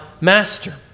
master